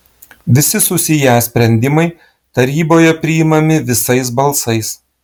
visi susiję sprendimai taryboje priimami visais balsais